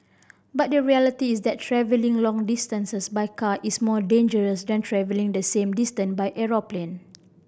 but the reality is that travelling long distances by car is more dangerous than travelling the same distance by aeroplane